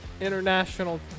International